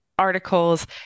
Articles